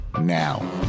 now